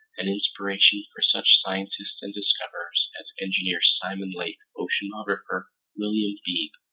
an inspiration for such scientists and discoverers as engineer simon lake, oceanographer william beebe,